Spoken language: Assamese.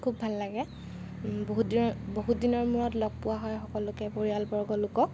খুব ভাল লাগে বহুত দিনৰ বহুত দিনৰ মূৰত লগ পোৱা হয় সকলোকে পৰিয়ালবৰ্গলোকক